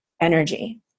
energy